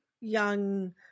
young